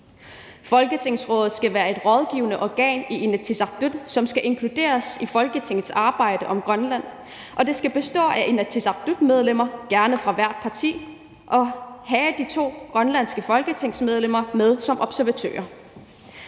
Folketingsrådet skal være et rådgivende organ i Inatsisartut, som skal inkluderes i Folketingets arbejde i forhold til Grønland, og det skal bestå af inatsisartutmedlemmer, gerne fra hvert parti, og have de to grønlandske folketingsmedlemmer med som observatører.